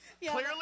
Clearly